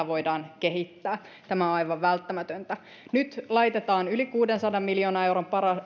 voidaan kehittää tämä on aivan välttämätöntä nyt laitetaan yli kuudensadan miljoonan euron